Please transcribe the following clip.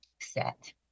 set